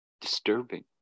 disturbing